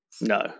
No